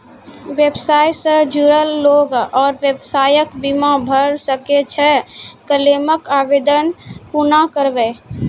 व्यवसाय सॅ जुड़ल लोक आर व्यवसायक बीमा भऽ सकैत छै? क्लेमक आवेदन कुना करवै?